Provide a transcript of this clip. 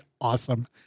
awesome